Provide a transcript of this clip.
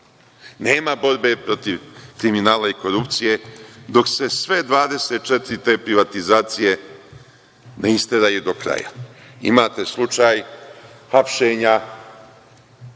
Nema borbe protiv kriminala i korupcije dok se sve 24 te privatizacije ne isteraju do kraja. Imate slučaj hapšenja